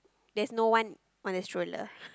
there's no one on the stroller